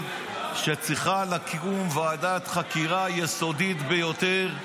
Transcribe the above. שצריכה לקום ועדת חקירה יסודית ביותר.